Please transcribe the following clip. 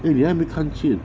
eh 你还没有看见